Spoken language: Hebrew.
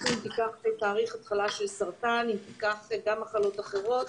אפילו אם תיקח תאריך התחלה של סרטן או גם מחלות אחרות,